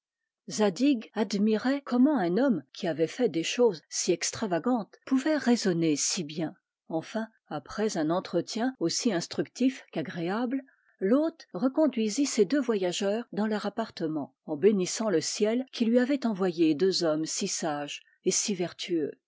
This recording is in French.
admirait comment un homme qui avait fait des choses si extravagantes pouvait raisonner si bien enfin après un entretien aussi instructif qu'agréable l'hôte reconduisit ses deux voyageurs dans leur appartement en bénissant le ciel qui lui avait envoyé deux hommes si sages et si vertueux